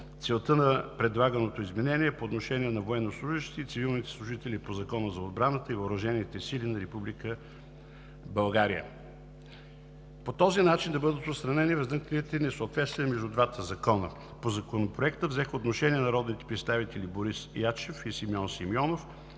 Целта на предлаганото изменение е по отношение на военнослужещите и цивилните служители по Закона за отбраната и въоръжените сили на Република България. По този начин ще бъдат отстранени възникналите несъответствия между двата закона. По Законопроекта взеха отношение народните представители Борис Ячев и Симеон Симеонов,